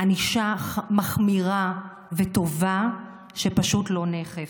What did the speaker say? ענישה מחמירה וטובה שפשוט לא נאכפת.